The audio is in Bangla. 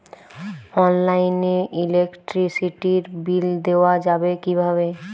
অনলাইনে ইলেকট্রিসিটির বিল দেওয়া যাবে কিভাবে?